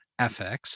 FX